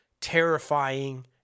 terrifying